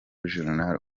journal